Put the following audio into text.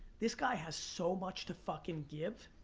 this guy has so much to fucking give,